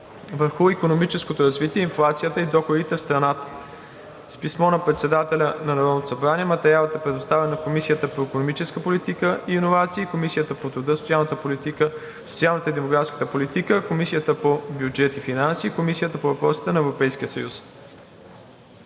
върху икономическото развитие, инфлацията и доходите в страната“. С писмо на председателя на Народното събрание материалът е предоставен на Комисията по икономическата политика и иновации, Комисията по труда, социалната и демографската политика, Комисията по бюджет и финанси и Комисията по въпросите на Европейския съюз.